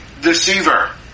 deceiver